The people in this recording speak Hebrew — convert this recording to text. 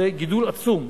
זה גידול עצום.